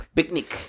Picnic